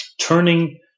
turning